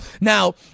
Now